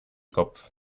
kopf